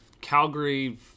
Calgary